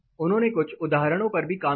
उन्होंने कुछ उदाहरणों पर भी काम किया